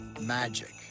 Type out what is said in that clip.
Magic